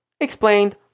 explained